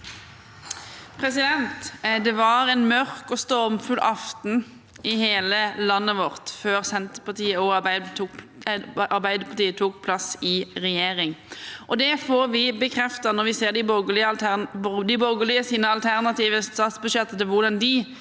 «Det var en mørk og stormfull aften» i hele landet vårt før Senterpartiet og Arbeiderpartiet tok plass i regjering. Det får vi bekreftet når vi ser de borgerliges alternative statsbudsjetter, hvordan de